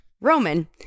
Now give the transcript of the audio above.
Roman